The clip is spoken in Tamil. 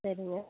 சரிங்க